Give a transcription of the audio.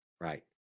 right